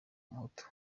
umuhutu